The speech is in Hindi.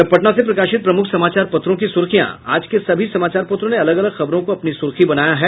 और अब पटना से प्रकाशित प्रमुख समाचार पत्रो की सुर्खियां आज के सभी समाचार पत्रों ने अलग अलग खबरों को अपनी सुर्खी बनाया है